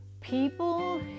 People